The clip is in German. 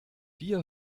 wir